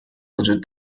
وجود